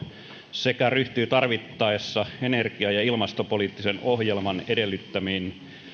sekä ryhtyy tarvittaessa energia ja ilmastopoliittisen ohjelman edellyttämiin